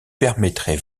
permettrez